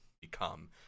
become